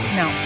no